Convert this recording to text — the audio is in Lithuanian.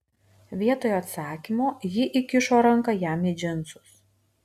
vietoj atsakymo ji įkišo ranką jam į džinsus